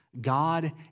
God